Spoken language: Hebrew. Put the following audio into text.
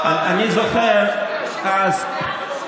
אני זוכר שאז,